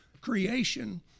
creation